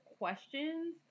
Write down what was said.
questions